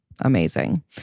amazing